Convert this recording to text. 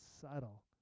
subtle